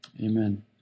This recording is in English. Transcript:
Amen